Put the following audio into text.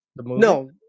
No